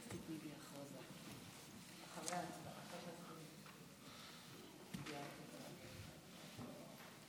הצעת ועדת הכנסת להעביר את הנושא: